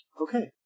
Okay